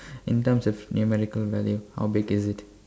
in terms of numerical value how big is it